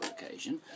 occasion